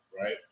right